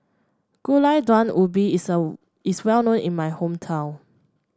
Gulai Daun Ubi is a is well known in my hometown